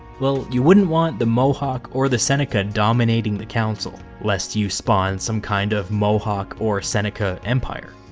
well, you wouldn't want the mohawk or the seneca dominating the council, lest you spawn some kind of mohawk or seneca empire.